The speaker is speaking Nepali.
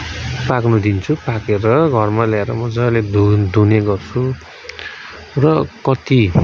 पाक्न दिन्चु पाकेर घरमा ल्याएर मजाले धु धुने गर्छु र कति